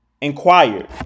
inquired